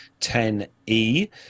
10E